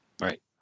Right